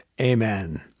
Amen